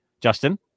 Justin